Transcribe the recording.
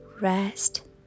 rest